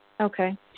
Okay